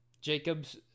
Jacob's